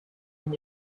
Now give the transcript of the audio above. have